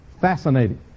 Fascinating